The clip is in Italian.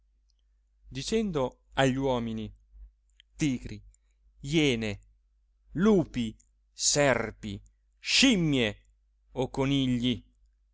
a gli uomini tigri jene lupi serpi scimmie o conigli